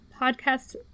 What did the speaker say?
podcast